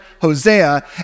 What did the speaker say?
Hosea